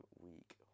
week